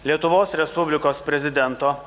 lietuvos respublikos prezidento